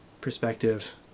perspective